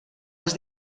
les